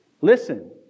Listen